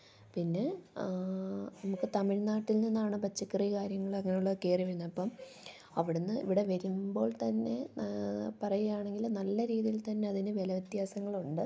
പിന്നെ നമുക്ക് തമിഴ്നാട്ടിൽ നിന്നാണ് പച്ചക്കറിയും കാര്യങ്ങളങ്ങനുള്ളത് കയറിവരുന്നത് അപ്പോള് അവിടുന്ന് ഇവിടെ വരുമ്പോൾ തന്നെ പറയാണെങ്കിൽ നല്ല രീതീൽ തന്നെ അതിന് വില വ്യത്യസങ്ങളുണ്ട്